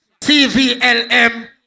CVLM